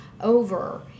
over